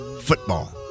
football